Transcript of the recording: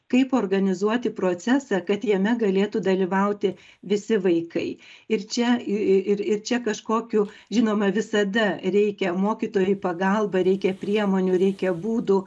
kaip organizuoti procesą kad jame galėtų dalyvauti visi vaikai ir čia ir čia kažkokių žinoma visada reikia mokytojui į pagalbą reikia priemonių reikia būdų